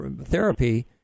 therapy